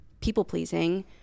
people-pleasing